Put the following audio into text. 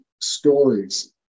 stories